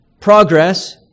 progress